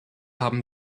haben